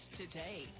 today